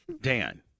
Dan